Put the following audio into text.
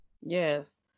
Yes